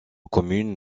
commune